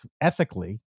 ethically